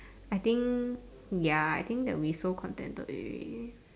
I think ya I think that we so contented already